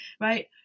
Right